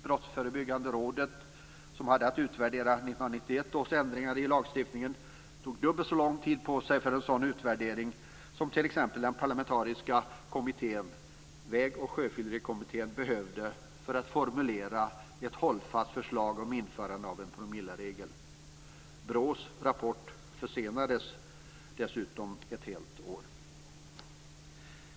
Brottsförebyggande rådet, som hade att utvärdera 1991 års ändringar i lagstiftningen, tog dubbelt så lång tid på sig för en sådan utvärdering som t.ex. den parlamentariska kommittén, Väg och sjöfyllerikommittén, behövde för att formulera ett hållfast förslag om införande av en promilleregel. BRÅ:s rapport försenades dessutom ett helt år.